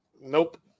Nope